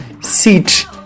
seat